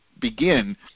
begin